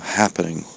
happening